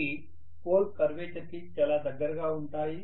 అవి pole curvature కి చాలా దగ్గరగా ఉంటాయి